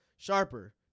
Sharper